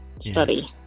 study